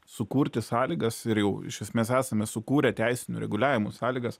sukurti sąlygas ir jau iš esmės esame sukūrę teisinio reguliavimo sąlygas